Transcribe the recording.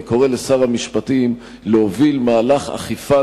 אני קורא לשר המשפטים להוביל מהלך אכיפה